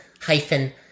hyphen